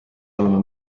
oleme